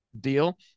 deal